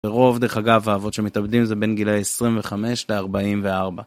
ורוב, דרך אגב, האבות שמתאבדים זה בין גילאי 25 ל-44.